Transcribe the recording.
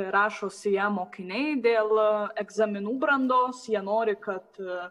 rašosi ją mokiniai dėl egzaminų brandos jie nori kad